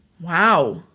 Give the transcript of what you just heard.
Wow